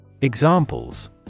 Examples